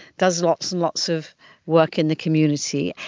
does lots and lots of work in the community,